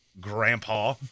grandpa